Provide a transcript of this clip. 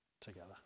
together